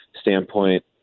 standpoint